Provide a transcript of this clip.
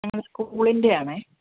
ഒരു സ്കൂളിൻ്റെയാണെ